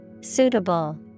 Suitable